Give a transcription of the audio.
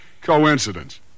coincidence